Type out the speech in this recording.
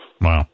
Wow